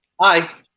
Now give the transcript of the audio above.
Hi